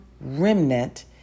remnant